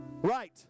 Right